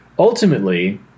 Ultimately